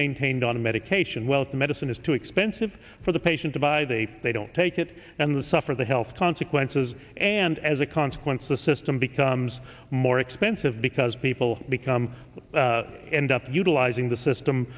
maintained on a medication wealth medicine is too expensive for the patient to buy they they don't take it and suffer the health consequences and as a consequence the system becomes more expensive because people become end up utilizing the system